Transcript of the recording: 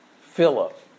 Philip